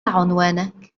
عنوانك